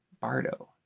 Bardo